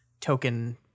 token